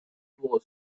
was